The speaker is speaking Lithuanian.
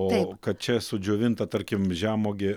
o kad čia sudžiovinta tarkim žemuogė